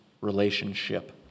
relationship